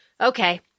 Okay